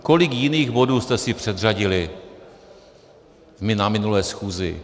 Kolik jiných bodů jste si předřadili na minulé schůzi?